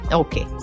okay